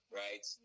right